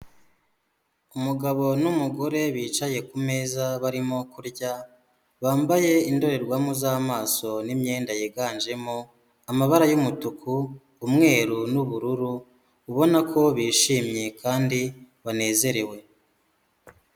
Umugabo n'umugore bicaye ku meza barimo kurya, bambaye indorerwamo z'amaso n'imyenda yiganjemo amabara y'umutuku, umweru n'ubururu, ubona ko bishimye kandi banezerewe.